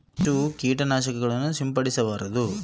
ಕೇಟನಾಶಕಗಳು ಸಸಿಗಳಿಗೆ ಅಂಟಿಕೊಳ್ಳದ ಹಾಗೆ ಯಾವ ಎಲ್ಲಾ ಕ್ರಮಗಳು ಮಾಡಬಹುದು?